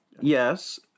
Yes